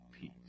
Peace